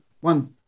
one